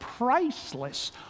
priceless